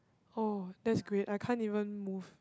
oh that's great I can't even move